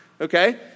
okay